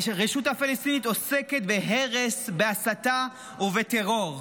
הרשות הפלסטינית עוסקת בהרס, בהסתה ובטרור.